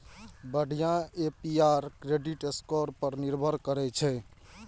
बढ़िया APR credit score पर निर्भर करै छै